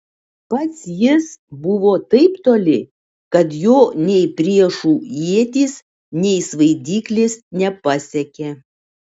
pats jis buvo taip toli kad jo nei priešų ietys nei svaidyklės nepasiekė